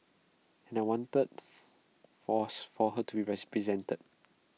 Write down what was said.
and I wanted was for her to be represented